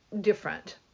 different